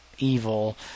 evil